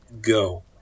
go